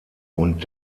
und